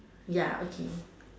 ya okay